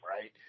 right